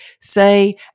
say